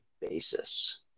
basis